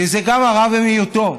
שזה הרע במיעוטו.